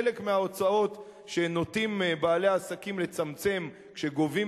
חלק מההוצאות שנוטים בעלי העסקים לצמצם כשגובים